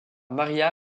maria